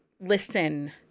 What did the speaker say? Listen